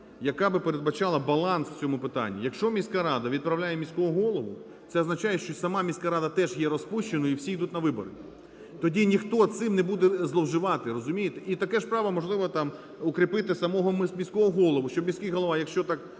яка би передбачала баланс в цьому питані. Якщо міська рада відправляє міського голову, це означає, що сама міська рада теж є розпущеною і всі йдуть на вибори. Тоді ніхто цим не буде зловживати, розумієте? І таке ж право, можливо, там укріпити самого міського голову. Щоб міський голова, якщо так